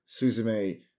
suzume